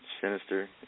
sinister